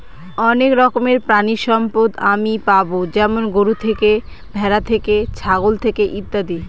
অনেক রকমের প্রানীসম্পদ আমি পাবো যেমন গরু থেকে, ভ্যাড়া থেকে, ছাগল থেকে ইত্যাদি